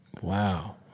Wow